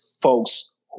folks